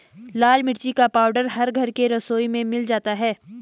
लाल मिर्च का पाउडर हर घर के रसोई में मिल जाता है